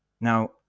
Now